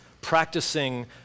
practicing